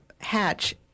hatch